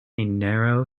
narrow